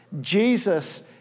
Jesus